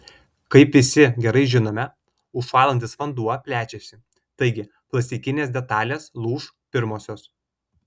kaip visi gerai žinome užšąlantis vanduo plečiasi taigi plastikinės detalės lūš pirmosios